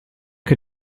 che